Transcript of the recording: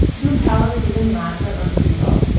do calories even matter on keto?